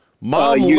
Mom